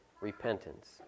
Repentance